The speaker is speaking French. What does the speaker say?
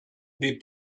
des